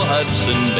Hudson